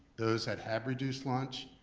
those that have reduced lunch,